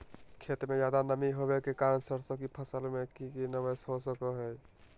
खेत में ज्यादा नमी होबे के कारण सरसों की फसल में की निवेस हो सको हय?